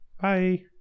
Bye